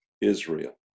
Israel